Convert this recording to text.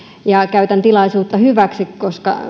käytän tilaisuutta hyväksi koska